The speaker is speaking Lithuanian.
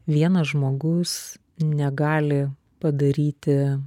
vienas žmogus negali padaryti